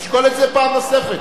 נשקול את זה פעם נוספת,